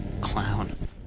clown